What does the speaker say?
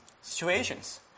situations